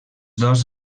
dos